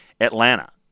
Atlanta